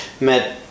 met